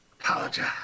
Apologize